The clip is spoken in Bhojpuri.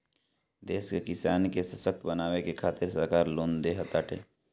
देश के किसान के ससक्त बनावे के खातिरा सरकार लोन देताटे